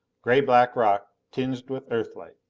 gray-black rock tinged with earthlight.